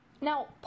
now